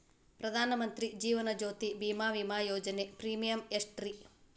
ಪ್ರಧಾನ ಮಂತ್ರಿ ಜೇವನ ಜ್ಯೋತಿ ಭೇಮಾ, ವಿಮಾ ಯೋಜನೆ ಪ್ರೇಮಿಯಂ ಎಷ್ಟ್ರಿ?